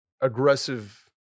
aggressive